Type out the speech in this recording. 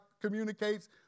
communicates